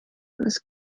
was